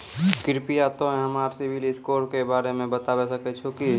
कृपया तोंय हमरा सिविल स्कोरो के बारे मे बताबै सकै छहो कि?